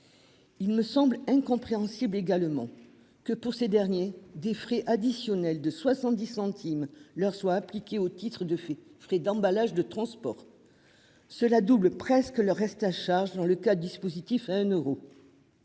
Il me semble incompréhensible également que pour ces derniers, des frais additionnels de 70 centimes leur soit appliqué au titre de frais d'emballage de transport. Cela double presque le reste à charge dans le cas dispositif à un euro.